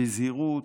בזהירות,